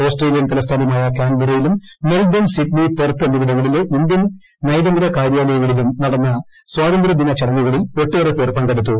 Australian തലസ്ഥാനമായ ക്യാൻബറയിലും Melbourne Sydney Perth എന്നിവിടങ്ങളിലെ ഇന്ത്യർ ്ന്യതന്ത്ര കാര്യാലയങ്ങളിലും നടന്ന സ്വാതന്ത്ര്യദിന ചടങ്ങുകളിൽ ഒട്ടേറെ പേർ പങ്കെടുത്തു